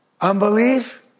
Unbelief